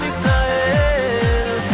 Israel